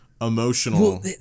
emotional